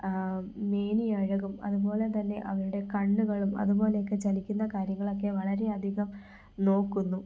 മേനി അഴകും അതുപോലെ തന്നെ അവരുടെ കണ്ണുകളും അതുപോലെയൊക്കെ ചലിക്കുന്ന കാര്യങ്ങളൊക്കെ വളരെ അധികം നോക്കുന്നു